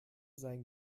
sein